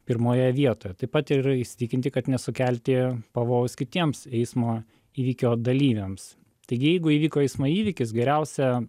pirmoje vietoje taip pat ir įsitikinti kad nesukelti pavojaus kitiems eismo įvykio dalyviams taigi jeigu įvyko eismo įvykis geriausia